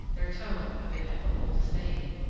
their tone of ineffable disdain,